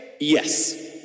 Yes